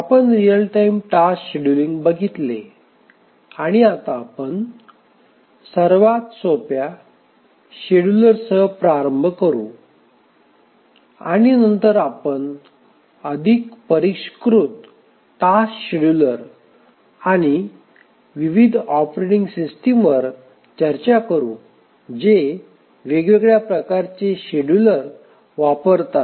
आपण real time task scheduling बघितले आणि आता आपण सर्वात सोप्या शेड्युलर्ससह प्रारंभ करू आणि नंतर आपण अधिक परिष्कृत टास्क शेड्यूलर आणि विविध ऑपरेटिंग सिस्टीमवर चर्चा करू जे वेगवेगळ्या प्रकारचे शेड्यूलर वापरतात